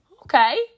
okay